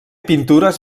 pintures